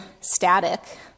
static